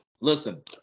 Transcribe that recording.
Listen